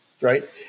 Right